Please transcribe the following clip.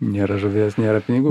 nėra žuvies nėra pinigų